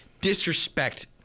disrespect